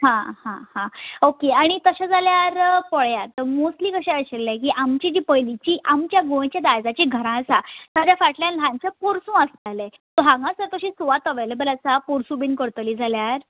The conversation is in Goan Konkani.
हां हां हां ओके आनी तशें जाल्यार पळयात मोसली कशें आशिल्लें की लायक आमची जी पयलींची आमच्या गोंयच्या दायजाचीं घरां आसा ताज्या फाटल्यान ल्हानशें पोरसूं आसतालें सो हांगासर तशी सुवात अवेलेबल आसा पोरसूं बी करतली जाल्यार